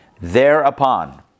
Thereupon